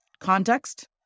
context